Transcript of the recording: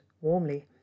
warmly